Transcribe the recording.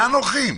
לאן הולכים?